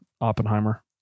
Oppenheimer